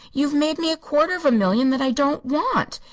you've made me a quarter of a million that i don't want.